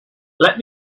let